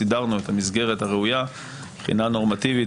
סידרנו את המסגרת הראויה מבחינה נורמטיבית